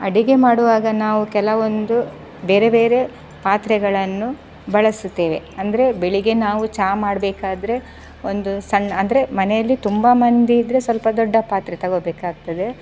ಅಡುಗೆ ಮಾಡುವಾಗ ನಾವು ಕೆಲವೊಂದು ಬೇರೆ ಬೇರೆ ಪಾತ್ರೆಗಳನ್ನು ಬಳಸುತ್ತೇವೆ ಅಂದರೆ ಬೆಳಗ್ಗೆ ನಾವು ಚಾ ಮಾಡಬೇಕಾದ್ರೆ ಒಂದು ಸಣ್ಣ ಅಂದರೆ ಮನೆಯಲ್ಲಿ ತುಂಬ ಮಂದಿ ಇದ್ರೆ ಸ್ವಲ್ಪ ದೊಡ್ಡ ಪಾತ್ರೆ ತಗೊಬೇಕಾಗ್ತದೆ